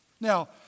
Now